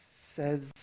says